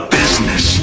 business